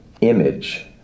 image